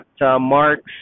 marks